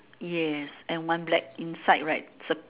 yes and one black inside right sup